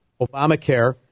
Obamacare